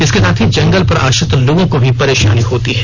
इसके साथ ही जंगल पर आश्रित लोगों को भी परेषानी हो है